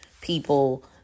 people